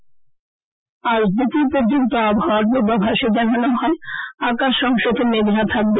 আবহাওয়া আজ দুপুর পর্যন্ত আবহাওয়ার পূর্বাভাসে জানানো হয় আকাশ অংশত মেঘলা থাকবে